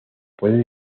puede